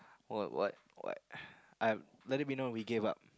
what what what I let it be known we give up